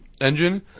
Engine